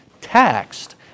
taxed